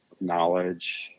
knowledge